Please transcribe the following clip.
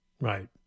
right